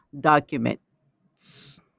documents